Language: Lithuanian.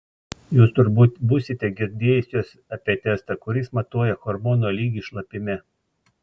jūs turbūt būsite girdėjusios apie testą kuris matuoja hormono lygį šlapime